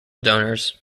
donors